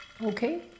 okay